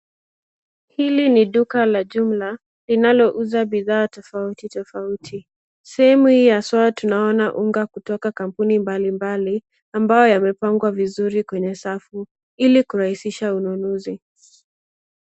Hili ni duka la jumla linalouza bidhaa tofauti tofauti. Sehemu hii haswa tunaona unga kutoka kampuni mbali mbali, ambao yamepangwa vizuri kwenye safu, ili kurahisisha ununuzi.